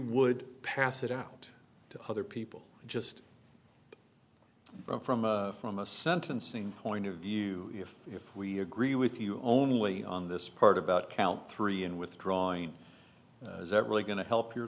would pass it out to other people just from a from a sentencing point of view if if we agree with you only on this part about count three in withdrawing really going to help your